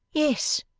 yes,